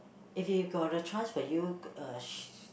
if you got a chance will you uh sh~